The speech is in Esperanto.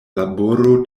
laboro